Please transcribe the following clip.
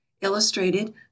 illustrated